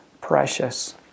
precious